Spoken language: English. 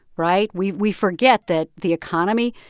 right? we we forget that the economy,